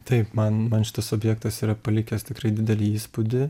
taip man man šitas objektas yra palikęs tikrai didelį įspūdį